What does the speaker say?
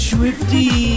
Swifty